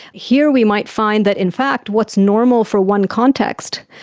here we might find that in fact what's normal for one context,